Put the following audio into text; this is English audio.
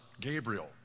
Gabriel